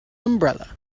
umbrella